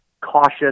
cautious